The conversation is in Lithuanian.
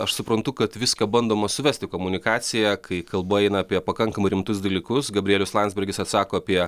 aš suprantu kad viską bandoma suvesti į komunikaciją kai kalba eina apie pakankamai rimtus dalykus gabrielius landsbergis atsako apie